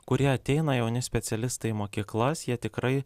kuri ateina jauni specialistai į mokyklas jie tikrai